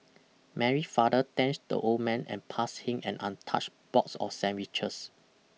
Mary father thanked the old man and passed him an untouched box of sandwiches